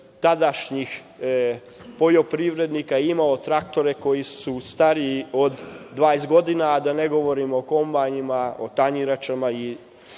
tadašnjih poljoprivrednika imao traktore koji su stariji od 20 godina, a da ne govorim o kombajnima, o tanjiračama